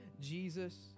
Jesus